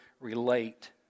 relate